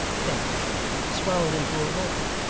fainter swelled into a roar.